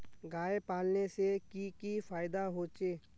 गाय पालने से की की फायदा होचे?